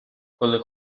коли